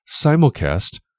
simulcast